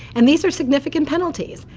and these are significant penalties.